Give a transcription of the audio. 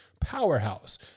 powerhouse